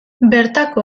bertako